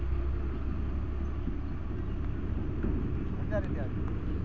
KYC करावे ले कोन कोन कागजात चाही?